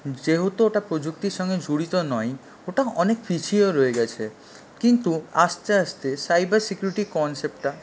যেহেতু ওটা প্রযুক্তির সঙ্গে জড়িত নয় ওটা অনেক পিছিয়ে রয়ে গেছে কিন্তু আস্তে আস্তে সাইবার সিকিউরিটি কনসেপ্টটা